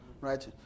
Right